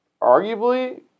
arguably